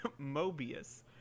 Mobius